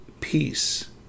peace